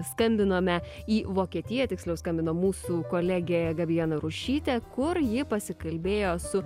skambinome į vokietiją tiksliau skambino mūsų kolegė gabija narušytė kur ji pasikalbėjo su